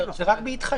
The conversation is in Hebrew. זה רק "בהתחשב".